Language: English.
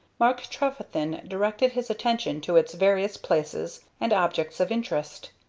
mark trefethen directed his attention to its various places and objects of interest.